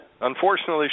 unfortunately